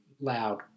loud